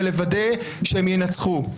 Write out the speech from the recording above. ולוודא שהם ינצחו.